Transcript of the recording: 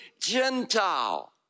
Gentile